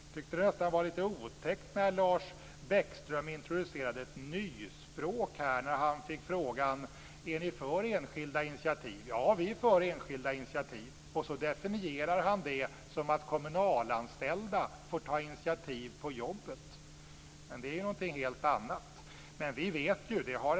Jag tyckte nästan att det var litet otäckt när Lars Bäckström introducerade ett nyspråk, när han fick frågan: Är ni för enskilda initiativ? Ja, vi är för enskilda initiativ, och så definierar han det som att kommunalanställda får ta initiativ på jobbet. Men det är någonting helt annat. Men vi vet ju.